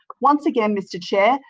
once again, mr chair,